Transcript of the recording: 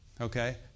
Okay